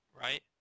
right